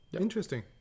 Interesting